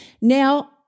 Now